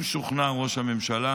אם שוכנע ראש הממשלה